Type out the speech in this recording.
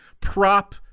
prop